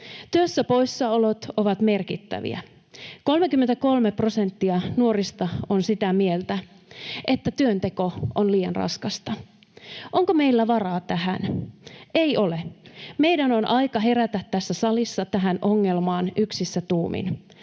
Työstä poissaolot ovat merkittäviä. 33 prosenttia nuorista on sitä mieltä, että työnteko on liian raskasta. Onko meillä varaa tähän? Ei ole. Meidän on aika herätä tässä salissa tähän ongelmaan yksissä tuumin.